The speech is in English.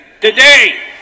Today